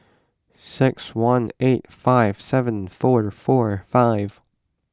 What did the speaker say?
six one eight five seven four four five